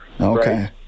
Okay